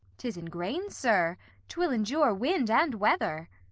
t is in grain, sir t will endure wind and weather.